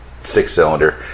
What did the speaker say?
six-cylinder